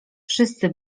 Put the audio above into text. wszyscy